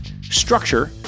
structure